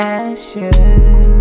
ashes